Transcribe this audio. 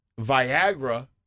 Viagra